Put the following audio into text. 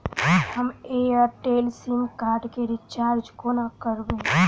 हम Airtel sim card केँ recharge कोना करबै?